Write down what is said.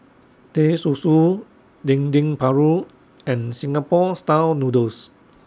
Teh Susu Dendeng Paru and Singapore Style Noodles